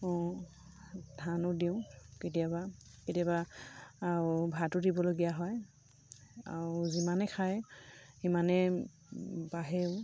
ধানো দিওঁ কেতিয়াবা কেতিয়াবা আৰু ভাতো দিবলগীয়া হয় আৰু যিমানে খায় সিমানেই বাঢ়েও